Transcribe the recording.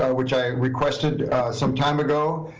ah which i requested some time ago.